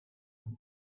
was